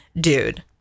dude